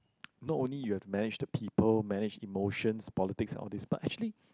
not only you have to manage the people manage emotions politics and all these but actually